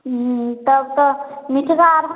हुँ तब तऽ मिठका आओर